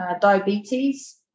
diabetes